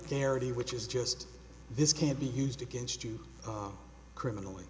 charity which is just this can't be used against you criminally